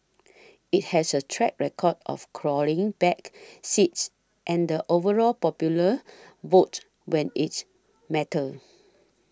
it has a track record of clawing back seats and the overall popular vote when its mattered